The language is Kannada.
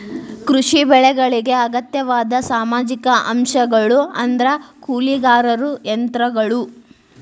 ಕೃಷಿ ಬೆಳೆಗಳಿಗೆ ಅಗತ್ಯವಾದ ಸಾಮಾಜಿಕ ಅಂಶಗಳು ಅಂದ್ರ ಕೂಲಿಕಾರರು ಯಂತ್ರಗಳು